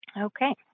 okay